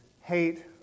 hate